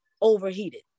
overheated